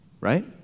right